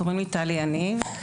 שמי טלי יניב,